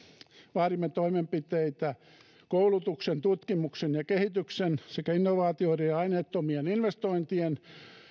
vaadimme toimenpiteitä koulutuksen tutkimuksen ja kehityksen sekä innovaatioiden ja aineettomien investointien